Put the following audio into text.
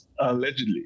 allegedly